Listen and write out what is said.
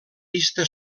vista